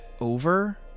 OVER